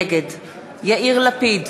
נגד יאיר לפיד,